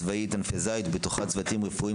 צבאית "ענפי זית" ובתוכה צוותים רפואיים